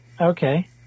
Okay